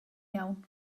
iawn